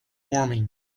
warming